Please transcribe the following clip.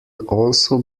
also